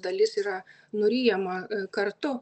dalis yra nuryjama kartu